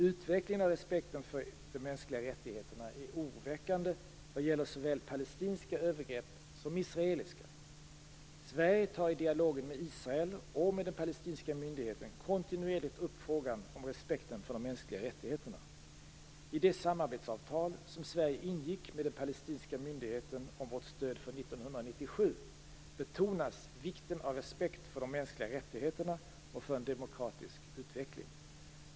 Utvecklingen av respekten för de mänskliga rättigheterna är oroväckande vad gäller såväl palestinska övergrepp som israeliska. Sverige tar i dialogen med Israel och med den palestinska myndigheten kontinuerligt upp frågan om respekten för de mänskliga rättigheterna. I det samarbetsavtal som Sverige ingick med den palestinska myndigheten om vårt stöd för 1997 betonas vikten av respekt för de mänskliga rättigheterna och för en demokratisk utveckling.